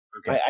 Okay